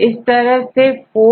इस तरह से4 30